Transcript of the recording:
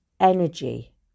energy